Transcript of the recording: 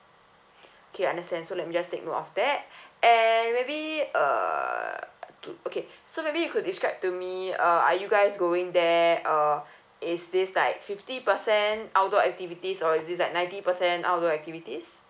okay I understand so let me just take note of that and maybe uh to okay so maybe you could describe to me uh are you guys going there uh is this like fifty percent outdoor activities or is this like ninety percent outdoor activities